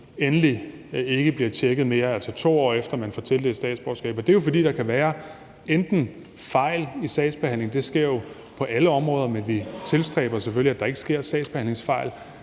endelig ikke bliver tjekket mere, altså 2 år efter de får tildelt statsborgerskab. Det er jo, fordi der kan være fejl i sagsbehandlingen, det sker jo på alle områder, men vi tilstræber selvfølgelig, at der ikke sker sagsbehandlingsfejl.